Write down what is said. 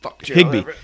Higby